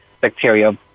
bacteria